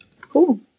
Cool